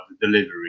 delivery